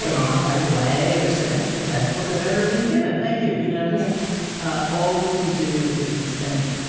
on right away or say, that's the best book i've ever been given. thank you. you know yeah ah all we can do is extend it,